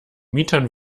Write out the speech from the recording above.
mietern